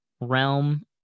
realm